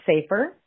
safer